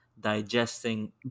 digesting